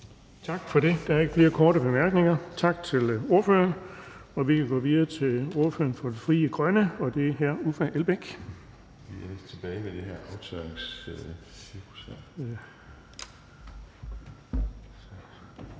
Tak for det. Der er ikke flere korte bemærkninger. Tak til ordføreren. Vi kan gå videre til ordføreren for Frie Grønne, og det er hr. Uffe Elbæk.